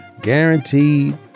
guaranteed